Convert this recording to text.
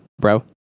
bro